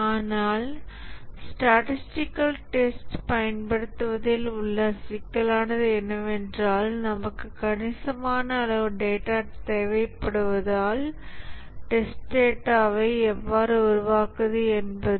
ஆனால் ஸ்டாடீஸ்டிகல் டெஸ்ட்ப் பயன்படுத்துவதில் உள்ள சிக்கலானது என்னவென்றால் நமக்கு கணிசமான அளவு டேட்டா தேவைப்படுவதால் டெஸ்ட் டேட்டாவை எவ்வாறு உருவாக்குவது என்பது